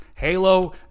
Halo